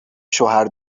شوهر